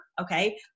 okay